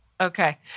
Okay